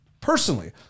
personally